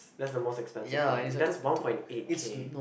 that's the most expensive one that's one point eight K